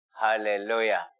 Hallelujah